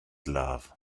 love